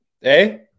Hey